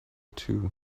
too